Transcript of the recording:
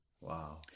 Wow